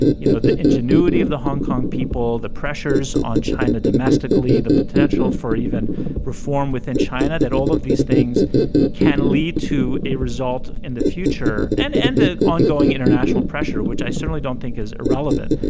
you know, the ingenuity of the hong kong people, the pressures on china domestically, the potential for even reform within china, that all of these things can lead to a result in the future and end the ongoing international pressure, which i certainly don't think is irrelevant,